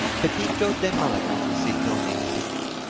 pepito de malaga, said don enrique,